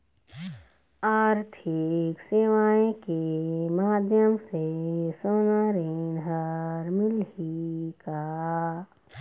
आरथिक सेवाएँ के माध्यम से सोना ऋण हर मिलही का?